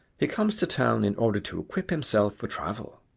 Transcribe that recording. he comes to town in order to equip himself for travel.